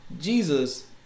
Jesus